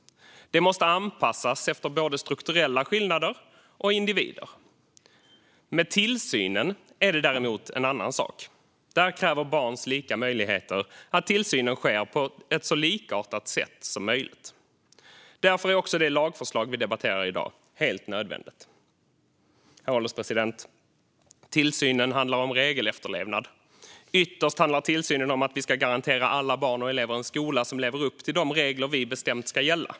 Det måste anpassas efter både strukturella skillnader och individer. Med tillsynen är det däremot en annan sak. Där kräver barns lika möjligheter att tillsynen sker på ett så likartat sätt som möjligt. Därför är också det lagförslag som vi debatterar i dag helt nödvändigt. Herr ålderspresident! Tillsynen handlar om regelefterlevnad. Ytterst handlar tillsynen om att vi ska garantera alla barn och elever en skola som lever upp till de regler som vi har bestämt ska gälla.